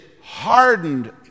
hardened